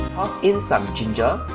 in some ginger,